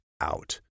out